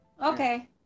okay